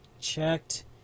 checked